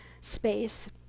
space